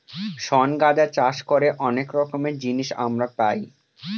শন গাঁজা চাষ করে অনেক রকমের জিনিস আমরা পাই